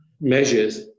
measures